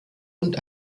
und